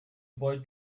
boy